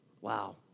Wow